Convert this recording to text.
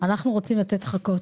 אנחנו רוצים לתת חכות.